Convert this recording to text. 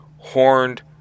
Horned